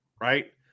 right